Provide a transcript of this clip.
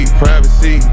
privacy